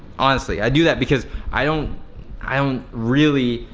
honestly, i do that because i don't i don't really.